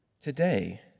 today